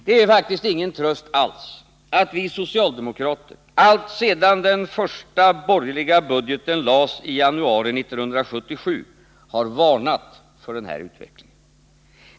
Det är faktiskt ingen tröst alls att vi socialdemokrater alltsedan den första borgerliga budgeten lades i januari 1977 har varnat för den här utvecklingen.